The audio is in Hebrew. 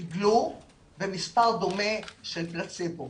שקיבלו ומספר דומה של פלצבו.